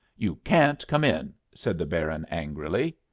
you can't come in! said the baron angrily.